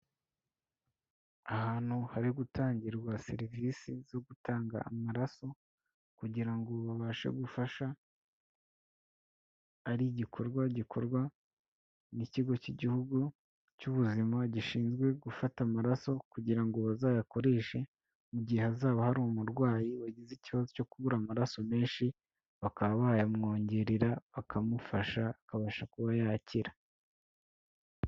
Ahantu hari gutangirwa serivisi zo gutanga amaraso kugira ngo babashe gufasha, ari igikorwa gikorwa n'ikigo cy'Igihugu cy'ubuzima gishinzwe gufata amaraso kugira ngo bazayakoreshe mu gihe hazaba hari umurwayi wagize ikibazo cyo kubura amaraso menshi bakaba bayamwongerera bakamufasha akabasha kuba yakira.